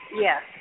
Yes